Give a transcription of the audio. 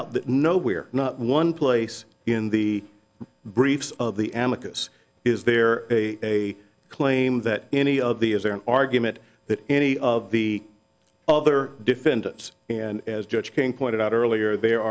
out that no we're not one place in the briefs of the advocates is there a claim that any of the is there an argument that any of the other defendants and as judge king pointed out earlier there